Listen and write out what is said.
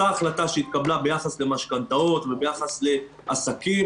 אותה החלטה שהתקבלה ביחס למשכנתאות וביחס לעסקים